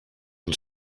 and